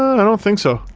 i don't think so.